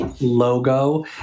logo